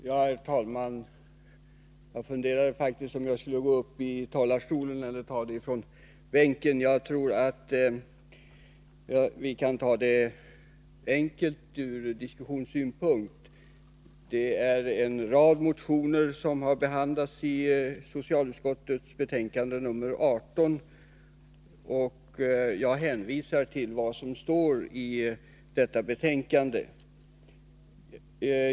Herr talman! Jag funderade faktiskt, om jag skulle gå upp talarstolen eller ta det från bänken. Jag tror att jag kan ta det enkelt från diskussionssynpunkt. En rad motioner har behandlats i socialutskottets betänkande nr 18, och jag hänvisar där till vad som sägs i betänkandet.